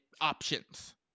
options